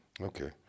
Okay